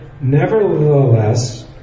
nevertheless